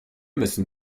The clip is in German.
müssen